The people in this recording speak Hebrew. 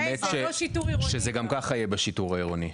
האמת שזה גם ככה יהיה בשיטור העירוני.